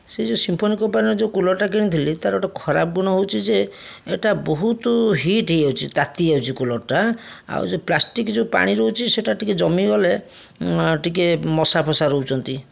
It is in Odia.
ସେ ଯେଉଁ ସିମ୍ଫୋନି କମ୍ପାନୀର ଯେଉଁ କୁଲର୍ଟା କିଣିଥିଲି ତାର ଗୋଟେ ଖରାପ ଗୁଣ ହଉଛି ଯେ ଏଇଟା ବହୁତ ହିଟ୍ ହେଇଯାଉଛି ତାତି ଯାଉଛି କୁଲର୍ଟା ଆଉ ସେ ପ୍ଲାଷ୍ଟିକ୍ ଯେଉଁ ପାଣି ରହୁଛି ସେଇଟା ଟିକିଏ ଜମିଗଲେ ଟିକିଏ ମଶା ଫସା ରହୁଛନ୍ତି